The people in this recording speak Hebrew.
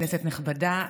כנסת נכבדה,